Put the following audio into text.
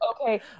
okay